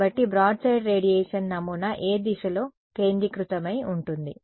కాబట్టి broadside radiation నమూనా ఏ దిశలో కేంద్రీకృతమై ఉంటుంది